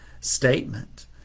statement